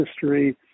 history